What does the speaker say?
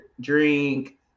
drink